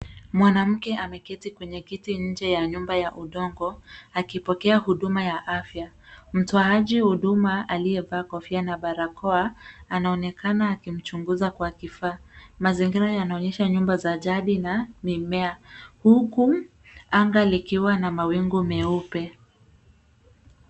Mwanamke ameketi kwenye kiti, nje ya nyumba ya udongo akipokea huduma ya afya. Mtoaji huduma aliyevaa kofia na barakoa anaonekana akimchunguza kwa kifaa. Mazingira yanaonyesha nyumba za jadi na mimea huku anga likiwa na mawingu meupe.